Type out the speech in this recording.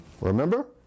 Remember